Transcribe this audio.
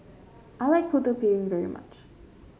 I like Putu Piring very much